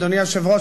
אדוני היושב-ראש,